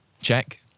Check